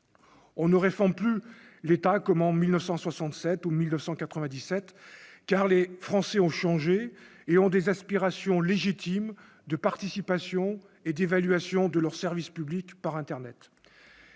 on ne réforme plus l'État, comme en 1967 ou 1997, car les Français ont changé et ont des aspirations légitimes de participation et d'évaluation de leurs services publics, par Internet,